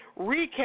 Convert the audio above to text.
recap